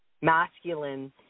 masculine